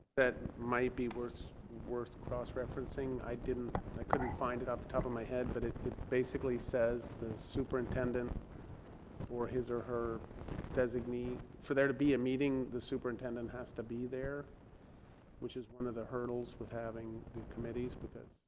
that might be worth worth cross-referencing i didn't i could be fined it off the top of my head but it basically says the superintendent or his or her designee for there to be a meeting the superintendent superintendent has to be there which is one of the hurdles with having the committees because